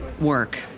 work